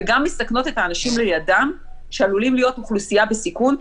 וגם מסכנות את האנשים לידם שעלולים להיות אוכלוסייה בסיכון,